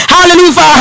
Hallelujah